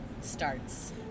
Starts